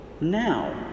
now